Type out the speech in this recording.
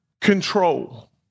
control